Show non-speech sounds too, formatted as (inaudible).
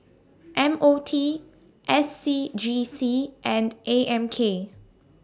(noise) M O T S C G C and A M K